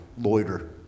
loiter